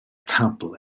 tabl